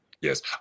Yes